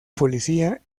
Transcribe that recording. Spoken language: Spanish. policía